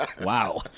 Wow